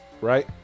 Right